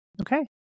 Okay